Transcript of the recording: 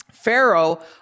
Pharaoh